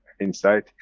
insight